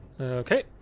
Okay